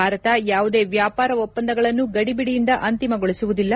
ಭಾರತ ಯಾವುದೇ ವ್ಯಾಪಾರ ಒಪ್ಪಂದಗಳನ್ನು ಗಡಿಬಿಡಿಯಿಂದ ಅಂತಿಮಗೊಳಿಸುವುದಿಲ್ಲ